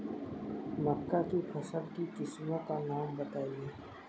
मक्का की फसल की किस्मों का नाम बताइये